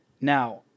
Now